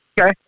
Okay